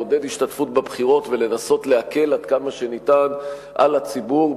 לעודד השתתפות בבחירות ולנסות להקל עד כמה שניתן על הציבור,